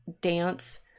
dance